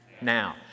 now